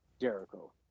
Jericho